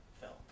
film